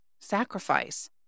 sacrifice